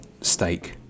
steak